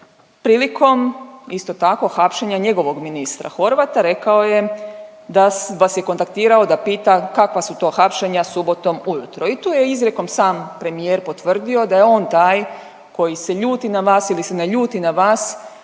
Prilikom isto tako hapšenja njegovog ministra Horvata rekao je da vas je kontaktirao da pita kakva su to hapšenja subotom ujutro i tu je izrijekom sam premijer potvrdio da je on taj koji se ljuti na vas ili se ne ljuti na vas